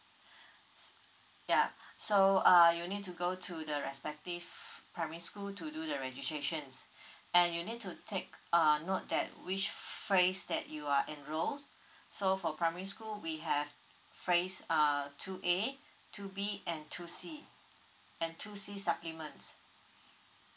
s~ ya so ah you need to go to the respective primary school to do the registrations and you need to take ah note that which phrase that you ah enrol so for primary school we have phrase ah two A two B and two C and two C supplements